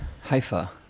Haifa